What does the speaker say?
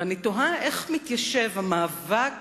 ואני תוהה איך מתיישב המאבק